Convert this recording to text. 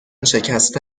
شکسته